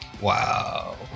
Wow